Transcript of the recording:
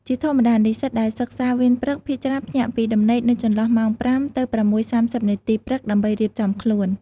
ជាធម្មតា និស្សិតដែលសិក្សាវេនព្រឹក ភាគច្រើនភ្ញាក់ពីដំណេកនៅចន្លោះម៉ោង ៥ ទៅ ៦:៣០ នាទី ព្រឹក ដើម្បីរៀបចំខ្លួន ។